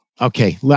okay